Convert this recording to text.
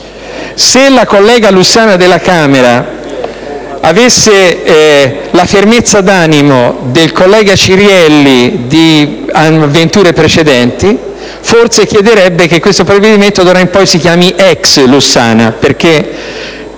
Se la collega Lussana della Camera avesse la fermezza d'animo del collega Cirielli rispetto ad avventure precedenti, forse chiederebbe che questo provvedimento d'ora in poi si chiami *ex* Lussana, perché